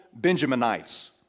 Benjaminites